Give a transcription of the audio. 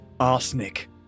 arsenic